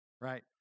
right